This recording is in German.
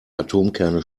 atomkerne